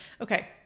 okay